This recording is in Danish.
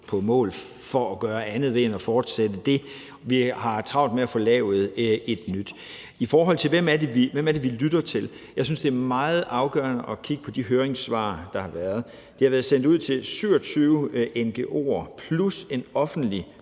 på mål for, andet end ved at fortsætte det. Vi har travlt med at få lavet et nyt. I forhold til hvem det er, vi lytter til, så vil jeg sige, at jeg synes, det er meget afgørende at kigge på de høringssvar, der har været. Det har været sendt ud til 27 ngo'er plus i en offentlig